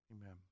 Amen